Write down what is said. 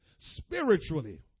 spiritually